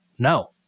no